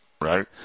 right